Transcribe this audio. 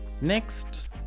next